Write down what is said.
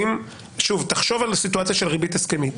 תחשוב על הסיטואציה של ריבית הסכמית.